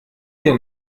dir